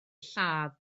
lladd